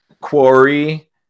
quarry